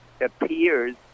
appears